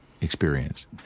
experience